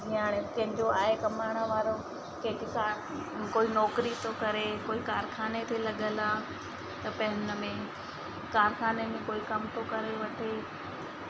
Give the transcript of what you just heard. जीअं हाणे कंहिंजो आहे कमाइण वारो कंहिंखे का कोई नौकिरी थो करे कोई कारखाने ते लॻियल आहे त पे हुनमें कारखाने में कोई कमु थी करे वठे